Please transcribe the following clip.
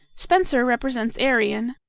spenser represents arion,